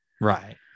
Right